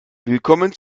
willkommen